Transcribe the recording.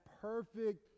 perfect